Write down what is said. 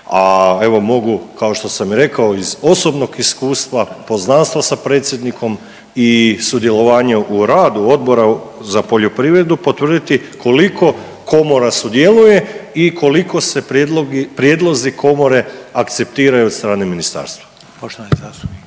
A evo, mogu, kao što sam i rekao iz osobnog iskustva, poznanstva sa predsjednikom i sudjelovanje u radu Odbora za poljoprivredu potvrditi koliko Komora sudjeluje i koliko se prijedlozi Komore akceptiraju od strane Ministarstva.